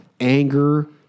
anger